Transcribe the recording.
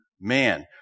man